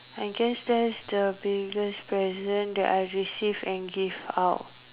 I guess that's is a biggest present that I receive and give out